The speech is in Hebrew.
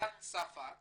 צרפת